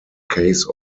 case